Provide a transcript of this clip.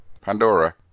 Pandora